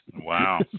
Wow